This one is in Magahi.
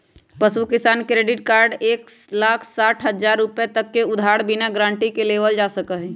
पशु किसान क्रेडिट कार्ड में एक लाख साठ हजार रुपए तक के उधार बिना गारंटी के लेबल जा सका हई